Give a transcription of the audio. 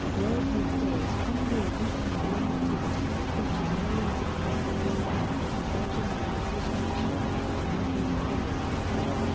world youth day is commonly a weekend long activity that features millions of catholic young adults converging in one host nation in order to mingle and grow in their faith.